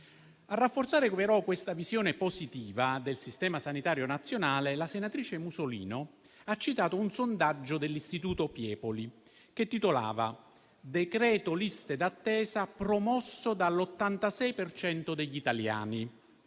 A rafforzare, però, questa visione positiva del Sistema sanitario nazionale, la senatrice Musolino ha citato un sondaggio dell'istituto Piepoli che titolava: decreto liste d'attesa promosso dall'86 per cento degli italiani.